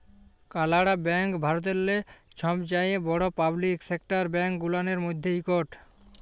কালাড়া ব্যাংক ভারতেল্লে ছবচাঁয়ে বড় পাবলিক সেকটার ব্যাংক গুলানের ম্যধে ইকট